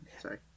Sorry